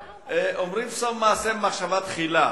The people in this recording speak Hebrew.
אומרים: סוף מעשה, במחשבה תחילה.